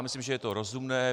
Myslím, že je to rozumné.